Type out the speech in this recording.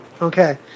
Okay